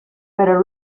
pero